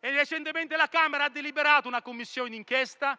Recentemente la Camera ha deliberato una Commissione di inchiesta.